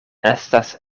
estas